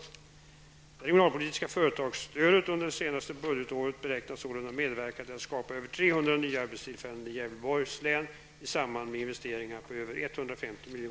Det regionalpolitiska företagsstödet under det senaste budgetåret beräknas sålunda medverka till att skapa över 300 nya arbetstillfällen i Gävleborgs län i samband med investeringar på över 150